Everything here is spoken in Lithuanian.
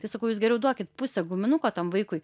tai sakau jūs geriau duokit pusę guminuko tam vaikui